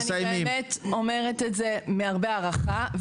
אני באמת אומרת את זה מהרבה הערכה.